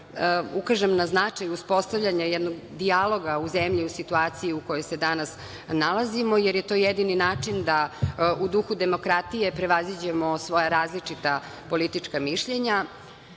ukažem na značaju uspostavljanja jednog dijaloga u zemlji u situaciji u kojoj se danas nalazimo, jer je to jedini način da u duhu demokratije prevaziđemo svoja različita politička